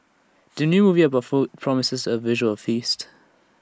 the new movie about food promises A visual feast